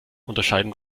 unterscheiden